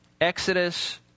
Exodus